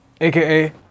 aka